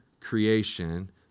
creation